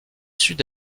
sud